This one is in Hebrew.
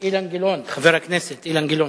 הבא, חבר הכנסת אילן גילאון,